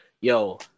yo